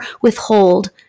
withhold